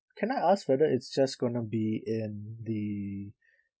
can I ask whether it's just gonna be in the